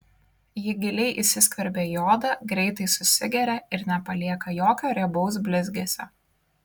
ji giliai įsiskverbia į odą greitai susigeria ir nepalieka jokio riebaus blizgesio